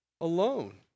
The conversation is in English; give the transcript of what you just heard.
alone